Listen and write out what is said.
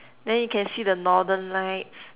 then you can see the northern-lights